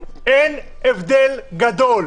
אין הבדל גדול.